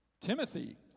Timothy